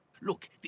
Look